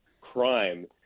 crime